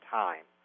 time